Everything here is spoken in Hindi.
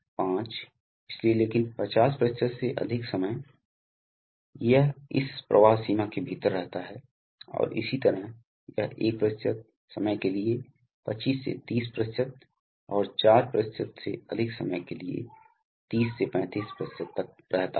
हाइड्रोलिक नियंत्रणों की तुलना से अधिक तो हमारे पास दिशा नियंत्रण वाल्व और एक्ट्यूएटर हैं जैसा कि हमने पहले ही कहा है और हमें स्वाभाविक रूप से टयूबिंग और फिल्टर जैसे सहायक उपकरण की आवश्यकता है